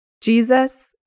Jesus